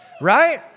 Right